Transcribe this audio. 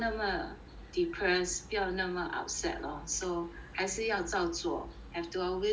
depressed 不要那么 upset lor so 还是要照做 have to always keep